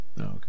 okay